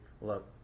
Look